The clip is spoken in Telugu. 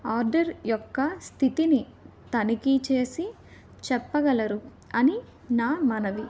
ఆర్డర్ యొక్క స్థితిని తనిఖీ చేసి చెప్పగలరు అని నా మనవి